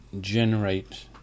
generate